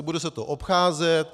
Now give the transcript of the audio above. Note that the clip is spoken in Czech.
Bude se to obcházet.